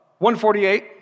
148